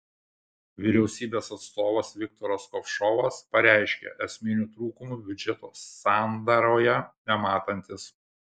vyriausybės atstovas viktoras kovšovas pareiškė esminių trūkumų biudžeto sandaroje nematantis